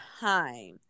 time